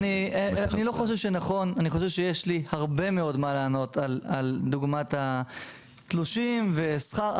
אני חושב שיש לי הרבה מאוד מה לענות על דוגמת התלושים והשכר,